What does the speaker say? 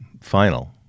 final